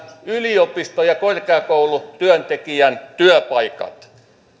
yliopisto ja korkeakoulutyöntekijän työpaikat